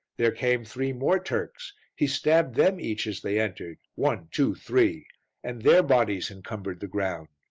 there came three more turks he stabbed them each as they entered one, two, three and their bodies encumbered the ground.